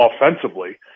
offensively